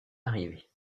arriver